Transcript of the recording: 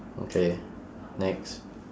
okay next